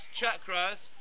chakras